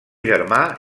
germà